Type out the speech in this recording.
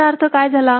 याचा अर्थ काय झाला